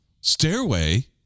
Stairway